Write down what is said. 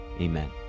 amen